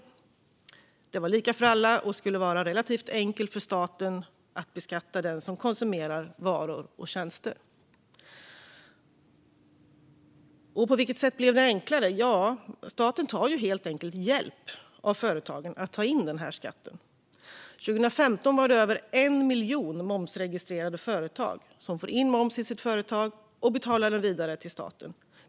Det skulle vara lika för alla, och det skulle vara relativt enkelt för staten att beskatta den som konsumerar varor och tjänster. På vilket sätt blev det enklare? Jo, staten tar helt enkelt hjälp av företagen med att ta in den här skatten. År 2015 var det över en miljon momsregistrerade företag som fick in moms och som betalade den vidare till staten.